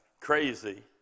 crazy